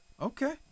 Okay